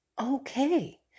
okay